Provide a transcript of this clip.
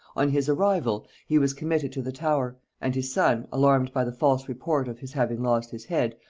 on his arrival, he was committed to the tower, and his son, alarmed by the false report of his having lost his head,